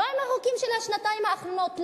לא עם החוקים של השנתיים האחרונות.